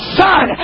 son